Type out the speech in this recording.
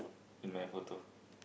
in my photo